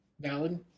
valid